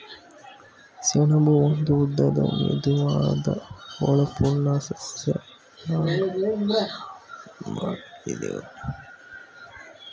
ಸೆಣಬು ಒಂದು ಉದ್ದದ ಮೆದುವಾದ ಹೊಳಪುಳ್ಳ ಸಸ್ಯ ನಾರಗಿದೆ ಒರಟಾದ ಬಲವಾದ ನೂಲನ್ನಾಗಿ ಹೆಣಿಬೋದಾಗಿದೆ